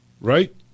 right